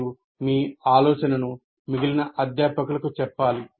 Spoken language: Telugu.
మీరు మీ ఆలోచనను మిగిలిన అధ్యాపకులకు చెప్పాలి